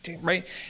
right